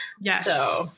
Yes